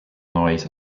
noise